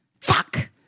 fuck